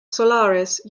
solaris